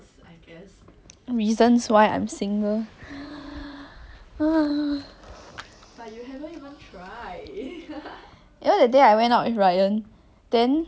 you know that day I went out with ryan then I was very angry cause err eh what happen ah okay it's a very long story I think he doesn't even know what I'm angry about but